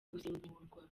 gusimburwa